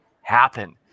happen